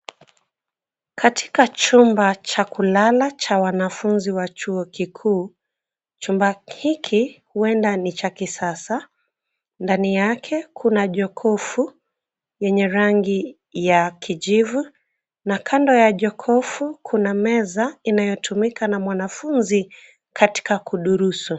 Katika chumba cha kulala cha wanafunzi wa chuo kikuu, chumba hiki huenda ni cha kisasa. Ndani yake kuna jokofu yenye rangi ya kijivu na kando ya jokofu kuna meza inayotumika na mwanafunzi katika kudurusu.